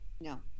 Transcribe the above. no